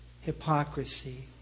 Hypocrisy